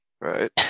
Right